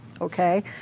Okay